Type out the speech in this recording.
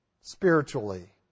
spiritually